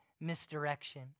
misdirection